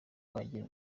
wigira